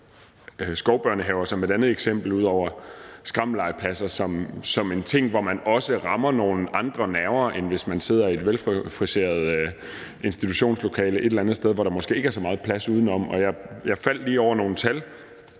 skovbørnehaver som et andet eksempel ud over skrammellegepladser som en ting, hvor man også rammer nogle andre nerver, end hvis man sidder i et velfriseret institutionslokale et eller andet sted, hvor der måske ikke er så meget plads udenom. Jeg faldt lige over nogle tal